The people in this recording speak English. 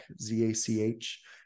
Z-A-C-H